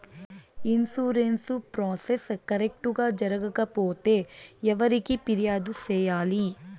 insurance process correct గా జరగకపోతే ఎవరికి ఫిర్యాదు సేయాలి